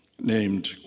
named